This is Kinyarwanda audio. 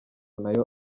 nayo